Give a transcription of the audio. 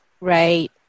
Right